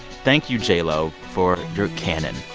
thank you, j-lo, for your canon.